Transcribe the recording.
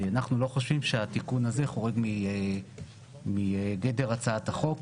אנחנו לא חושבים שהנושא הזה חורג מגדר הצעת החוק,